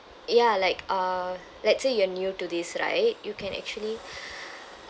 ya like uh let's say you are new to this right you can actually